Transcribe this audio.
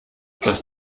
dass